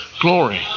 Glory